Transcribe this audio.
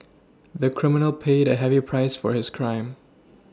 the criminal paid a heavy price for his crime